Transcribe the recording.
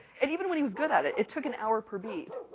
and even when he was good at it, it took an hour per bead.